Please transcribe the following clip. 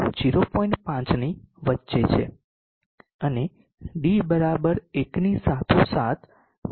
5 ની વચ્ચે છે અને d 1 ની સાથોસાથ Vd 1 પર છે